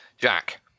Jack